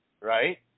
right